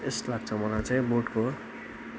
यस्तो लाग्छ मलाई चाहिँ बोटको